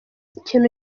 ikintu